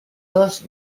dos